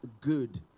good